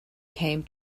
came